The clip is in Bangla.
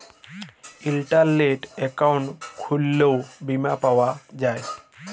ইলটারলেট একাউল্ট খুইললেও বীমা পাউয়া যায়